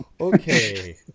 Okay